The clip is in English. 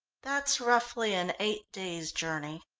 that's roughly an eight-days' journey.